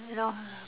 you know